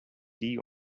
die